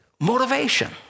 motivation